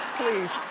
please,